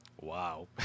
Wow